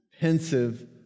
pensive